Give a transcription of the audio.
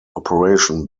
operation